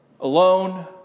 Alone